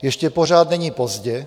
Ještě pořád není pozdě.